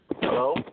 Hello